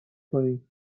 کنیم